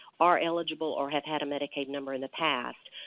are eligible, or have had a medicaid number in the past,